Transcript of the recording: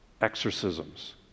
exorcisms